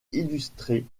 illustrées